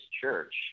Church